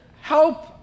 help